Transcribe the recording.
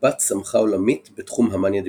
בת-סמכא עולמית בתחום המאניה-דפרסיה.